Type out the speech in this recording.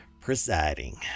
presiding